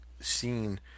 seen